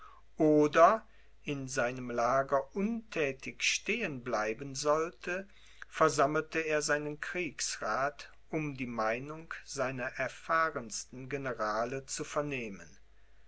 oder in seinem lager unthätig stehen bleiben sollte versammelte er seinen kriegsrath um die meinung seiner erfahrensten generale zu vernehmen